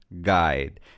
Guide